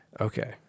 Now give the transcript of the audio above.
okay